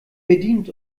bedient